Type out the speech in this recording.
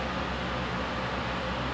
but you also work at the same time